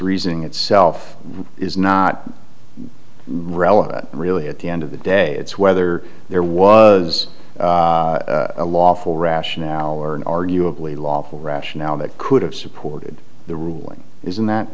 reasoning itself is not relevant really at the end of the day it's whether there was a lawful rationale or arguably lawful rationale that could have supported the ruling isn't that